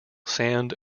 sand